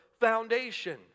foundation